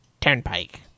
Turnpike